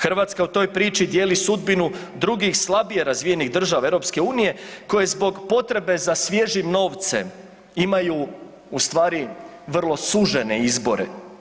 Hrvatska u toj priči dijeli sudbinu drugih slabije razvijenih država EU koje zbog potrebe za svježim novcem imaju u stvari vrlo sužene izbore.